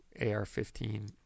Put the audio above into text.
AR-15